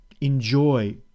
enjoy